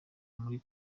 muri